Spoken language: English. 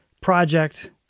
project